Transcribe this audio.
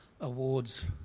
awards